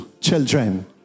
children